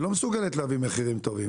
היא לא מסוגלת להביא מחירים טובים.